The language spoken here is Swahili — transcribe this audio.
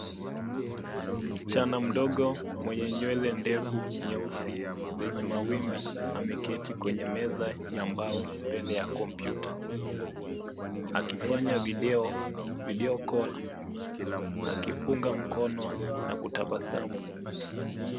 Msichana mdogo mwenye nywele ndefu nyeusi zenye mawimbi ameketi kwenye meza ya mbao mbele ya kompyuta akifanya video call akipunga mkono na kutabasamu.